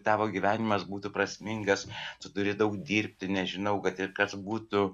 tavo gyvenimas būtų prasmingas tu turi daug dirbti nežinau kad ir kas būtų